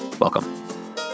Welcome